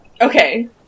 Okay